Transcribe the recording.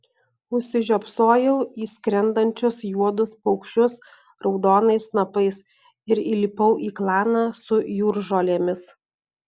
užsižiopsojau į skrendančius juodus paukščius raudonais snapais ir įlipau į klaną su jūržolėmis